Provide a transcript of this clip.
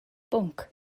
bwnc